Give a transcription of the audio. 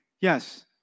Yes